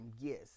yes